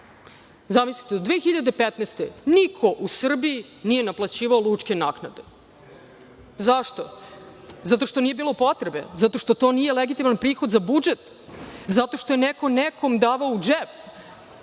Zamislite, do 2015. godine niko u Srbiji nije naplaćivao lučke naknade. Zašto? Zato što nije bilo potrebe, zato što to nije legitiman prihod za budžet, zato što je neko nekome davao u džep